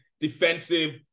defensive